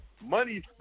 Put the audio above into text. money